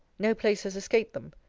no place has escaped them.